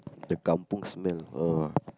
the kampung smell ugh